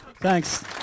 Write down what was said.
Thanks